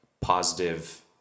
positive